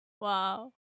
Wow